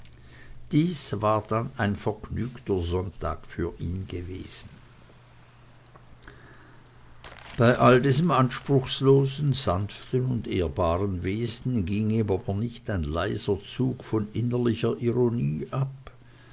dies war dann ein vergnügter sonntag für ihn gewesen bei all diesem anspruchlosen sanften und ehrbaren wesen ging ihm aber nicht ein leiser zug von innerlicher ironie ab